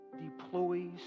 deploys